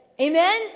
Amen